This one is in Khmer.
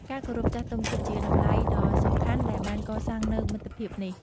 ការគោរពចាស់ទុំ គឺជាតម្លៃដ៏សំខាន់ដែលបានកសាងនូវមិត្តភាពនេះ។